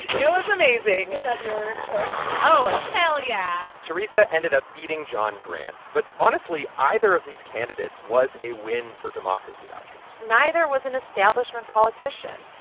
it was amazing was that your choice, or. oh, ah hell, yeah teresa ended up beating jon grant. but, honestly, either of these candidates was a win for democracy vouchers neither was an establishment politician.